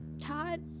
Todd